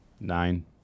Nine